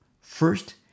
First